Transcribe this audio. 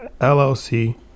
LLC